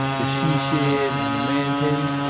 the she shed and a man cave?